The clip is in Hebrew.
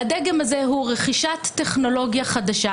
והדגם הזה הוא רכישת טכנולוגיה חדשה,